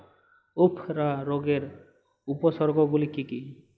উফরা রোগের উপসর্গগুলি কি কি?